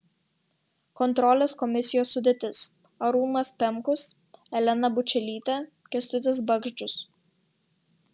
kontrolės komisijos sudėtis arūnas pemkus elena bučelytė kęstutis bagdžius